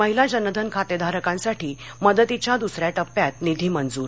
महिला जनधन खातेधारकांसाठी मदतीच्या दसर्या टप्प्यात निधी मंजूर